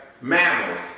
mammals